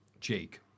Jake